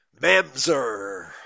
mamzer